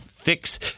Fix